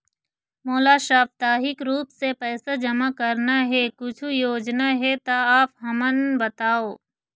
मोला साप्ताहिक रूप से पैसा जमा करना हे, कुछू योजना हे त आप हमन बताव?